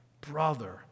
Brother